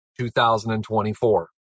2024